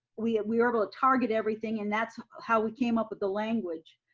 we we were able to target everything and that's how we came up with the language.